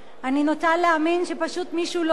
אני נוטה להאמין שפשוט מישהו לא דייק.